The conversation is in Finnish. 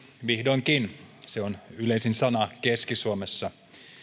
vihdoinkin se oli yleisin sana keski suomessa